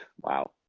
Wow